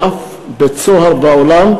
בשום בית-סוהר בעולם.